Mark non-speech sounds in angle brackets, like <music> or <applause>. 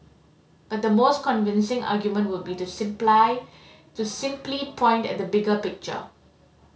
but the most convincing argument would be to <unintelligible> to simply point at the bigger picture